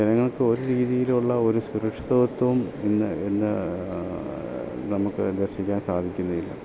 ജനങ്ങൾക്ക് ഒരു രീതിലമുള്ള ഒരു സുരക്ഷിതത്വം ഇന്ന് ഇന്ന് നമുക്ക് ദർശിക്കാൻ സാധിക്കുന്നേയില്ല